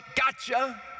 Gotcha